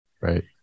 Right